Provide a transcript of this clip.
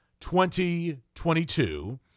2022